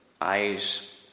eyes